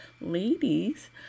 ladies